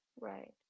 Right